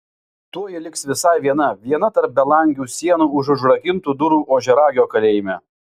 tuoj ji liks visai viena viena tarp belangių sienų už užrakintų durų ožiaragio kalėjime